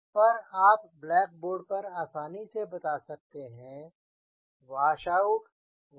पर आप blackboard पर आसानी से बता सकते हैं wash out wash in washout wash in